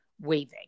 waving